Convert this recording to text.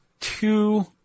two